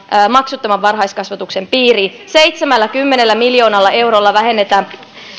maksuttoman varhaiskasvatuksen piiriin seitsemälläkymmenellä miljoonalla eurolla vähennetään